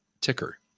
ticker